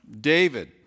David